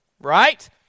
Right